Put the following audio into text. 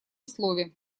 слове